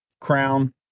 crown